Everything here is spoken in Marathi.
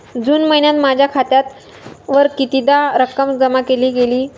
जून महिन्यात माझ्या खात्यावर कितीदा रक्कम जमा केली गेली?